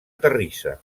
terrissa